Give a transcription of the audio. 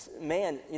man